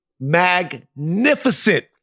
magnificent